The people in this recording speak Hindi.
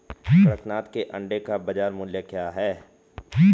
कड़कनाथ के अंडे का बाज़ार मूल्य क्या है?